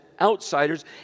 outsiders